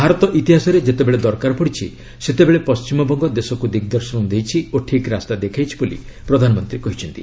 ଭାରତ ଇତିହାସରେ ଯେତେବେଳେ ଦରକାର ପଡ଼ିଛି ସେତେବେଳେ ପଣ୍ଟିମବଙ୍ଗ ଦେଶକୁ ଦିଗ୍ଦର୍ଶନ ଦେଇଛି ଓ ଠିକ୍ ରାସ୍ତା ଦେଖାଇଛି ବୋଲି ପ୍ରଧାନମନ୍ତ୍ରୀ କହିଛନ୍ତି